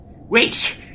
Wait